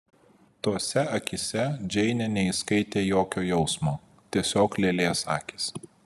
tose akyse džeinė neįskaitė jokio jausmo tiesiog lėlės akys